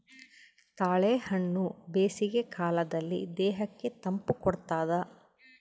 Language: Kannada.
ತಾಳೆಹಣ್ಣು ಬೇಸಿಗೆ ಕಾಲದಲ್ಲಿ ದೇಹಕ್ಕೆ ತಂಪು ಕೊಡ್ತಾದ